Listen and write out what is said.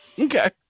Okay